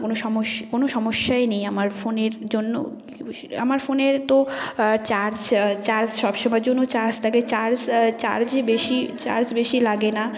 কোনও কোনও সমস্যাই নেই আমার ফোনের জন্য আমার ফোনের তো চার্জ চার্জ সবসময়ের জন্য চার্জ থাকে চার্জ চার্জই বেশি চার্জ বেশি লাগে না